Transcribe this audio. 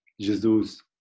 Jesus